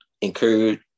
encourage